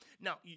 Now